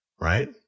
right